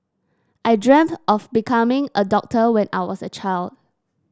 I dreamt of becoming a doctor when I was a child